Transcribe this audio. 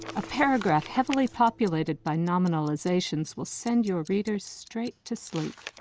a paragraph heavily populated by nominalizations will send your readers straight to sleep.